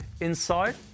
Inside